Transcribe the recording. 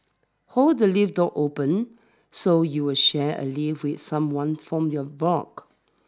hold the lift door open so you'll share a lift with someone from your block